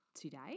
today